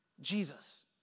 Jesus